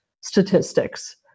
statistics